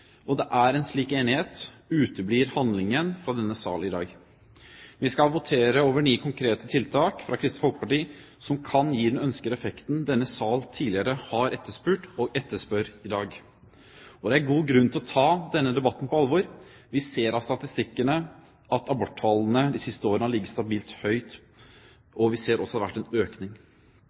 og er, en slik enighet, uteblir handlingen fra denne sal i dag. Vi skal votere over ni konkrete forslag til tiltak fra Kristelig Folkeparti, som kan gi den ønskede effekten denne salen tidligere har etterspurt og etterspør i dag. Det er god grunn til å ta denne debatten på alvor. Vi ser av statistikkene at aborttallene de siste årene har ligget stabilt høyt, og vi ser at det har vært en økning.